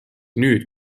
nüüd